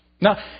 Now